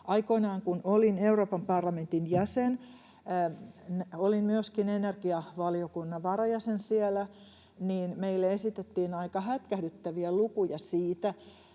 Aikoinaan kun olin Euroopan parlamentin jäsen, olin myöskin energiavaliokunnan varajäsen siellä, ja meille esitettiin aika hätkähdyttäviä lukuja siitä,